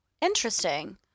Interesting